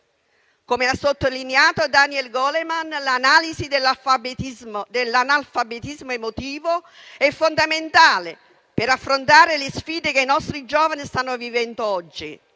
Come ha sottolineato Daniel Goleman, «l'analisi dell'analfabetismo emotivo è fondamentale per affrontare le sfide che i nostri giovani stanno vivendo oggi.